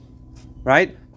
right